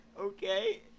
okay